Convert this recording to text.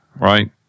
right